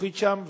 החינוכית שם.